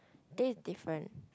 taste different